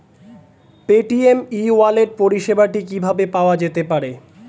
Paytm e wallet পরিষেবাটি কিভাবে পাওয়া যেতে পারে?